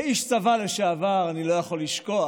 כאיש צבא לשעבר אני לא יכול לשכוח